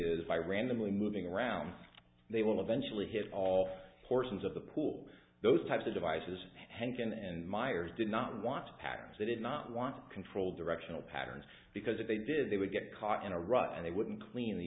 is by randomly moving around they will eventually hit all portions of the pool those types of devices henton and myers did not want to pass a did not want to control directional patterns because if they did they would get caught in a rut and they wouldn't clean the